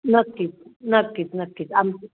नक्कीच नक्कीच नक्कीच आम